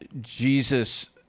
Jesus